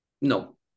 no